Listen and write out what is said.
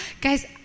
Guys